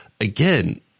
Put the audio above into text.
Again